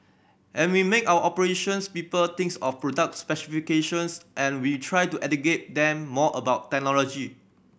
and we make our operations people thinks of products specifications and we try to educate them more about technology